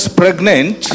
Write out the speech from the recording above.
pregnant